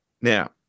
Now